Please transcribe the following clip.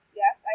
yes